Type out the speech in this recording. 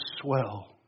swell